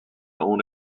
own